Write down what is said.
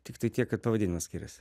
tiktai tiek kad pavadinimas skiriasi